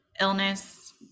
illness